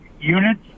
units